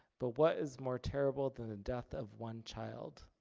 but what is more terrible than the death of one child?